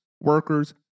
workers